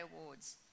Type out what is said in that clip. Awards